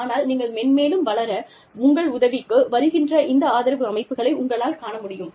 ஆனால் நீங்கள் மென்மேலும் வளர வளர உங்கள் உதவிக்கு வருகின்ற இந்த ஆதரவு அமைப்புகளை உங்களால் காண முடியும்